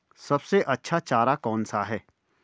सबसे अच्छा चारा कौन सा है?